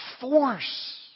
force